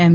એમ